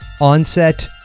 Onset